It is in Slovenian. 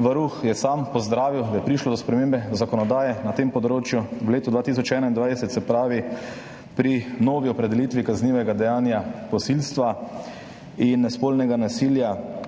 Varuh je sam pozdravil, da je prišlo do spremembe zakonodaje na tem področju v letu 2021, se pravi pri novi opredelitvi kaznivega dejanja posilstva in spolnega nasilja,